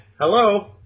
Hello